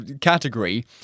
category